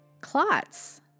clots